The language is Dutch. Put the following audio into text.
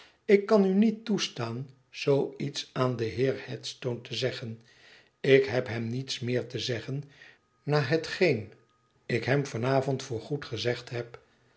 ik kan n niet toestaan zoo iets aan den heer headstone te zeggen dl heb hem niets meer te zeggen na hetgeen ik hem van avond voorgoed gezegd heb